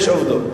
יש עובדות.